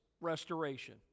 restoration